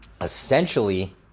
Essentially